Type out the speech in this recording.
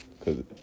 Cause